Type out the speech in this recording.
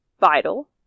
vital